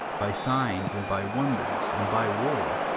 by signs, and by wonders, and by war,